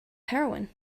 heroine